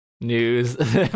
news